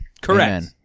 Correct